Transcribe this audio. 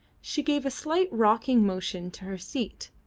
she gave a slight rocking motion to her seat,